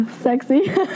sexy